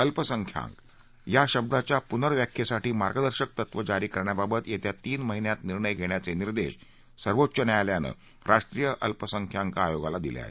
अल्पसंख्याक शब्दाच्या पुनर्व्याख्येसाठी मार्गदर्शक तत्वं जारी करण्याबाबत येत्या तीन महिन्यात निर्णय घेण्याचे निर्देश सर्वोच्च न्यायालयानं राष्ट्रीय अल्पसंख्याक आयोगाला दिले आहेत